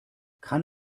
kann